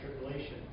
tribulation